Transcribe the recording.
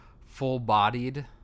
full-bodied